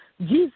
Jesus